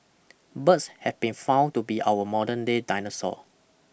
birds have been found to be our modern day dinosaur